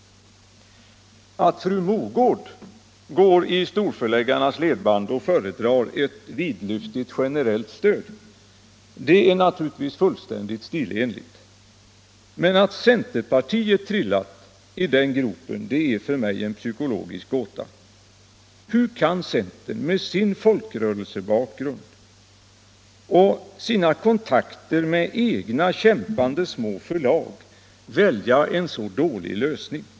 Att fru Mogård går i storförläggarnas ledband och föredrar ett vidlyftigt generellt stöd, det är helt stilenligt. Men att centerpartiet trillat i den gropen är för mig en psykologisk gåta. Hur kan centern med sin folkrörelsebakgrund och sina kontakter med egna kämpande små förlag välja en så dålig lösning?